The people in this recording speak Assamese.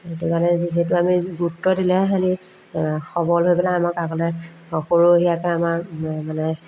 সেইটো কাৰণে যিহেতু আমি গুৰুত্ব দিলেহে সেহেঁতি সবল হৈ পেলাই আমাক আগলৈ সৰহীয়াকৈ আমাৰ মানে